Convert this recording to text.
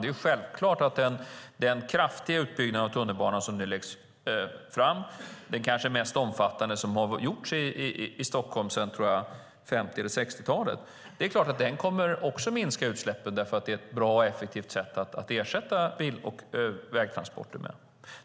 Det är självklart att denna kraftiga utbyggnad av tunnelbanan - den kanske mest omfattande som har gjorts i Stockholm sedan 1950 eller 1960-talet - också kommer att minska utsläppen, för tunnelbanan är ett bra och effektivt sätt att ersätta bil och vägtransporter.